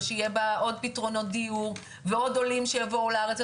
ושיהיה בה עוד פתרונות דיור ועוד עולים שיבואו לארץ.